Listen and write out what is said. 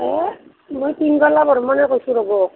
মই পিংগলা বৰ্মনে কৈছোঁ ৰ'ব